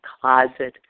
closet